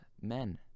men